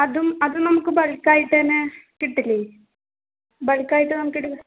അതും അതും നമുക്ക് ബൾക്കായിട്ടന്നെ കിട്ടില്ലേ ബൾക്കായിട്ട് നമുക്ക് എട്